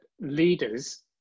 leaders